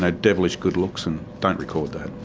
ah devilish good looks and, don't record that.